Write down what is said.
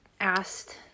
asked